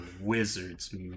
wizards